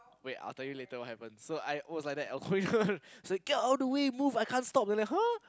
wait I'll tell later what happend so I was like that I was going down I was like get out of the way move I can't stop they like !huh!